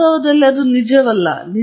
ವಾಸ್ತವದಲ್ಲಿ ಇದು ನಿಜವಲ್ಲ